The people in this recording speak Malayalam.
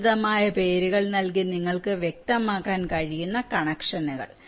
ഉചിതമായ പേരുകൾ നൽകി നിങ്ങൾക്ക് വ്യക്തമാക്കാൻ കഴിയുന്ന കണക്ഷനുകൾ